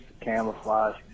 camouflage